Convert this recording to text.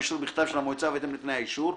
באישור בכתב של המועצה ובהתאם לתנאי האישור.